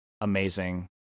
amazing